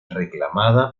reclamada